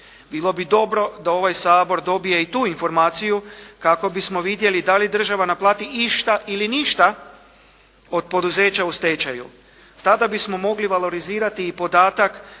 Bilo bi dobro da ovaj Sabor dobije i tu informaciju kako bismo vidjeli da li država naplati išta ili ništa od poduzeća u stečaju. Tada bismo mogli valorizirati i podatak